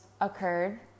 occurred